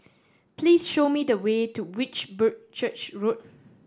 please show me the way to which church Road